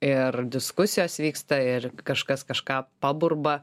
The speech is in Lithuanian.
ir diskusijos vyksta ir kažkas kažką paburba